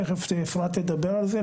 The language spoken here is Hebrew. תיכף אפרת תדבר על זה.